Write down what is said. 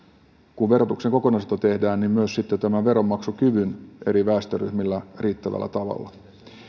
kun verotuksen kokonaisuutta tehdään myös veronmaksukyvyn eri väestöryhmillä riittävällä tavalla